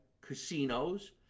casinos